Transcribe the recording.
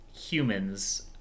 humans